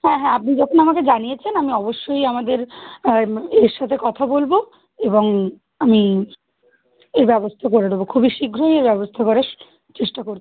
হ্যাঁ হ্যাঁ আপনি যখন আমাকে জানিয়েছেন আমি অবশ্যই আমাদের এর সাথে কথা বলবো এবং আমি এই ব্যবস্থা করে দেবো খুবই শীঘ্রই এই ব্যবস্থা করার স চেষ্টা করছি